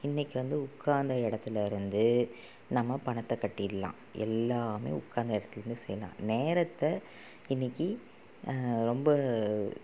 இன்றைக்கு வந்து உட்காந்த இடத்துலிருந்து நம்ம பணத்தை கட்டிடலாம் எல்லாம் உட்காந்த இடத்துலிருந்தே செய்லாம் நேரத்தை இன்றைக்கி ரொம்ப